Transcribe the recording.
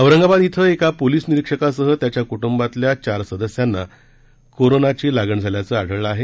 औरंगाबाद इथं एका पोलिस निरीक्षकासह त्याच्या कृटुंबातील चार सदस्यांना कोरोना विषाणूची लागण झाल्याचं आढळलं आहे